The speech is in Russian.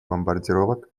бомбардировок